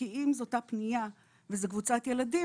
כי אם זו אותה פנייה וזו קבוצת ילדים,